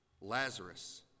Lazarus